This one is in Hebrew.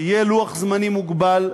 יהיה לוח זמנים מוגבל,